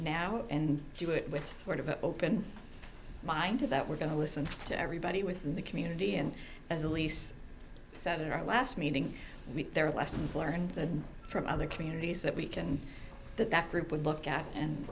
now and do it with sort of an open mind to that we're going to listen to everybody within the community and as elise sat in our last meeting there are lessons learned from other communities that we can that that group would look at and